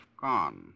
gone